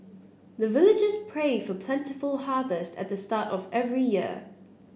the villagers pray for plentiful harvest at the start of every year